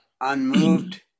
unmoved